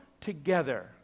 together